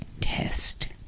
test